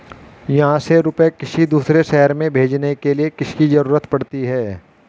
यहाँ से रुपये किसी दूसरे शहर में भेजने के लिए किसकी जरूरत पड़ती है?